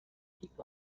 pick